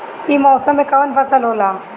ई मौसम में कवन फसल होला?